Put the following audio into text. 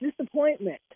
disappointment